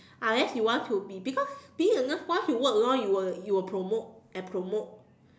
unless you want to be because being a nurse once you work long you will you will promote and promote